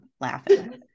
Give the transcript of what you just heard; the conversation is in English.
laughing